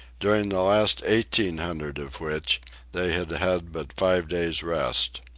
during the last eighteen hundred of which they had had but five days' rest.